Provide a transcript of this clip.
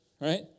right